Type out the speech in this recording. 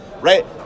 right